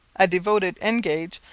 a devoted engage,